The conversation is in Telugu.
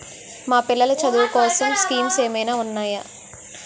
మా పిల్లలు చదువు కోసం స్కీమ్స్ ఏమైనా ఉన్నాయా?